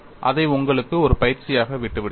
அதை உங்களுக்கு ஒரு பயிற்சியாக விட்டுவிடுகிறேன்